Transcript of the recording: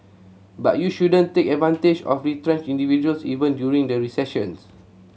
but you shouldn't take advantage of retrenched individuals even during a recession